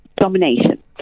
domination